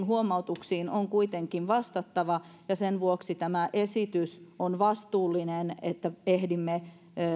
huomautuksiin on kuitenkin vastattava ja sen vuoksi tämä esitys on vastuullinen että